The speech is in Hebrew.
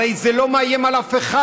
הרי זה לא מאיים על אף אחד.